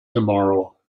tomorrow